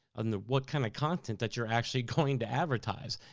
and what kinda content that you're actually going to advertise.